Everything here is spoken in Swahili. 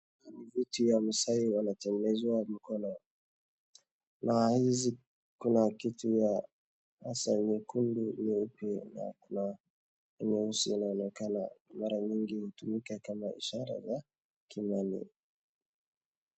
Hii ni vitu ya msai wanatengenezwa mkono. Na hizi kuna kitu ya hasa ya nyekundu na nyeupe na kuna nyeusi naonekana. Mara nyingi hutumika kama ishara za kimani.